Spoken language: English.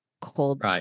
cold